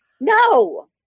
No